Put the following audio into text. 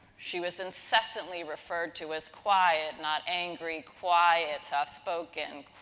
she was incisively referred to as quiet, not angry, quiet soft spoken,